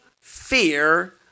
fear